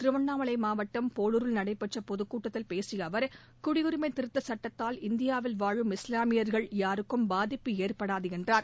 திருவண்ணாமலை மாவட்டம் போளுரில் நடைபெற்ற பொதுக்கூட்டத்தில் பேசிய அவர் குடியுரிமை திருத்தச் சட்டத்தால் இந்தியாவில் வாழும் இஸ்லாமியர்கள் யாருக்கும் பாதிப்பு ஏற்படாது என்றார்